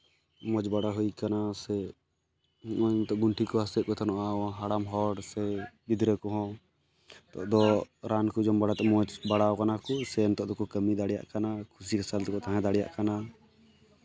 ᱢᱚᱡᱽ ᱵᱟᱲᱟ ᱦᱩᱭ ᱠᱟᱱᱟ ᱥᱮ ᱜᱩᱱᱴᱷᱤ ᱠᱚ ᱦᱟᱹᱥᱩᱭᱮᱫ ᱠᱚ ᱛᱟᱦᱮᱱᱚᱜᱼᱟ ᱦᱟᱲᱟᱢ ᱦᱚᱲ ᱥᱮ ᱜᱤᱫᱽᱨᱟᱹ ᱠᱚᱦᱚᱸ ᱱᱤᱛᱚᱜ ᱫᱚ ᱨᱟᱱ ᱠᱚ ᱡᱚᱢ ᱵᱟᱲᱟ ᱛᱮ ᱢᱚᱡᱽ ᱵᱟᱲᱟᱣ ᱠᱟᱱᱟ ᱠᱚ ᱥᱮ ᱱᱤᱛᱚᱜ ᱫᱚᱠᱚ ᱠᱟᱹᱢᱤ ᱫᱟᱲᱮᱭᱟᱜ ᱠᱟᱱᱟ ᱠᱩᱥᱤ ᱠᱩᱥᱟᱹᱞ ᱛᱮᱠᱚ ᱛᱟᱦᱮᱸ ᱫᱟᱲᱮᱭᱟᱜ ᱠᱟᱱᱟ